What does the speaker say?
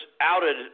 outed